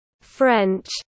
French